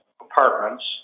apartments